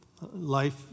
life